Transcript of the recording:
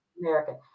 American